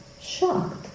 shocked